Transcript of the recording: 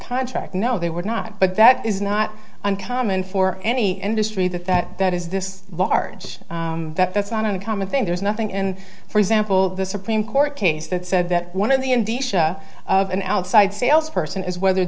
contract no they were not but that is not uncommon for any industry that that that is this large that that's not an uncommon thing there's nothing in for example the supreme court case that said that one of the indeed an outside sales person is whether